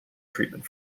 treatment